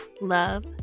love